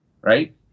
right